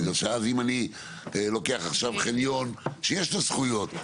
בגלל שאז אם אני לוקח עכשיו חניון שיש לו זכויות,